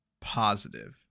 positive